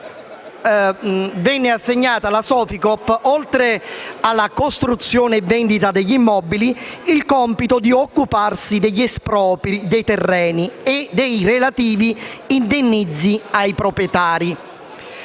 Venne assegnato alla Soficoop, oltre alla costruzione e alla vendita degli immobili, anche il compito di occuparsi degli espropri dei terreni e dei relativi indennizzi ai proprietari.